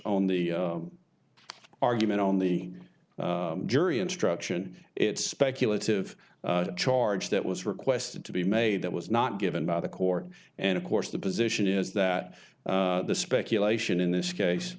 on the argument on the jury instruction it's speculative charge that was requested to be made that was not given by the court and of course the position is that the speculation in this case